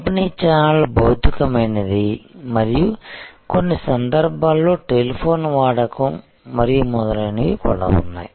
పంపిణీ ఛానల్ భౌతికమైనది మరియు కొన్ని సందర్భాల్లో టెలిఫోన్ వాడకం మరియు మొదలైనవి ఉన్నాయి